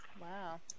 Wow